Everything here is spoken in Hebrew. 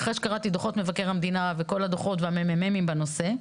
אחרי שקראתי דוחות מבקר המדינה וכל הדוחות וה-ממ"מ בנושא,